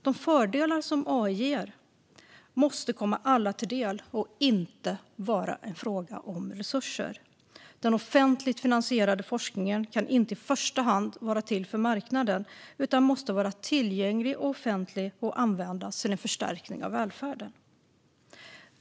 De fördelar som AI ger måste komma alla till del och inte vara en fråga om resurser. Den offentligt finansierade forskningen kan inte i första hand vara till för marknaden utan måste vara tillgänglig och offentlig och användas till förstärkning av välfärden.